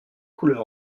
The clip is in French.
couleurs